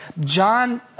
John